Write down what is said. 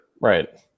Right